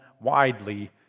widely